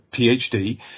PhD